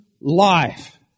life